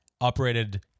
operated